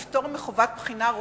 לפטור מחובת בחינה רופאים,